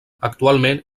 actualment